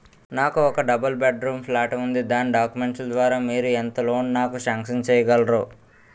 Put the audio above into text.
నాకు ఒక double bedroom flat ఉంది దాని డాక్యుమెంట్స్ లు ద్వారా మీరు ఎంత లోన్ నాకు సాంక్షన్ చేయగలరు?